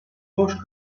hoş